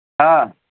ہاں